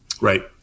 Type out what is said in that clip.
Right